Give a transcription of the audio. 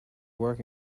work